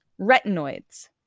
Retinoids